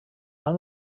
han